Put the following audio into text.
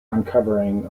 uncovering